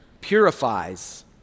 purifies